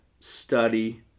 Study